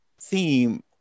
theme